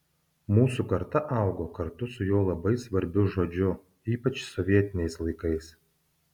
mūsų karta augo kartu su jo labai svarbiu žodžiu ypač sovietiniais laikais